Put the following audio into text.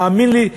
האמן לי,